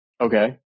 Okay